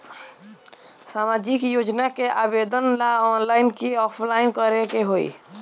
सामाजिक योजना के आवेदन ला ऑनलाइन कि ऑफलाइन करे के होई?